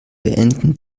beenden